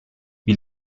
wie